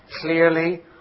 clearly